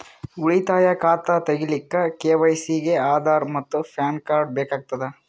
ಉಳಿತಾಯ ಖಾತಾ ತಗಿಲಿಕ್ಕ ಕೆ.ವೈ.ಸಿ ಗೆ ಆಧಾರ್ ಮತ್ತು ಪ್ಯಾನ್ ಕಾರ್ಡ್ ಬೇಕಾಗತದ